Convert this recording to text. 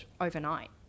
overnight